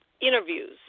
interviews